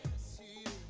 c.